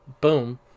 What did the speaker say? boom